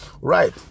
right